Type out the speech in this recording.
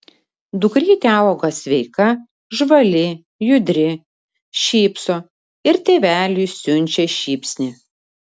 dukrytė auga sveika žvali judri šypso ir tėveliui siunčia šypsnį